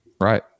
right